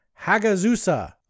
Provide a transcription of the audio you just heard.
Hagazusa